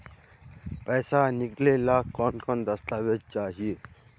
पैसा निकले ला कौन कौन दस्तावेज चाहिए?